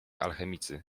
alchemicy